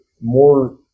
more